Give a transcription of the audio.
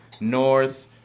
North